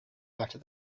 better